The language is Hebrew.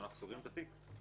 ואנחנו סוגרים את התיק.